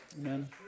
Amen